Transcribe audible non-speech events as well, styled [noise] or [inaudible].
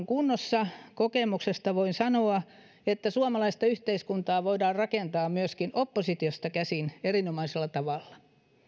[unintelligible] kunnossa kokemuksesta voin sanoa että suomalaista yhteiskuntaa voidaan rakentaa myöskin oppositiosta käsin erinomaisella tavalla